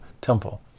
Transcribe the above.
temple